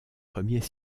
premiers